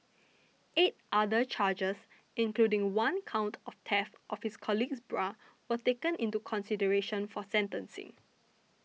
eight other charges including one count of theft of his colleague's bra were taken into consideration for sentencing